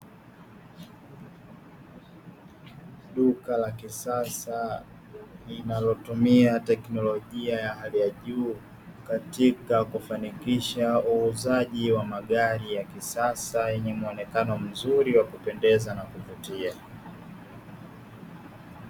Duka la kisasa linalotumia teknolojia ya hali ya juu katika kufanikisha uuzaji wa magari ya kisasa yenye muonekano mzuri wa kupendeza na wa kuvutia.